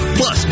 plus